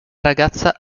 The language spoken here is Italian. ragazza